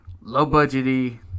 low-budgety